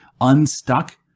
unstuck